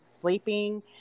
sleeping